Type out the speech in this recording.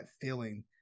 feeling